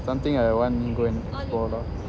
something I want go and explore lah